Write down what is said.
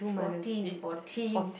it's fourteen fourteen